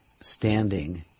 standing